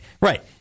Right